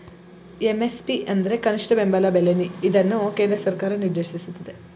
MSP ಅಂದ್ರೆ ಕನಿಷ್ಠ ಬೆಂಬಲ ಬೆಲೆ ಇದನ್ನು ಕೇಂದ್ರ ಸರ್ಕಾರ ನಿರ್ದೇಶಿಸುತ್ತದೆ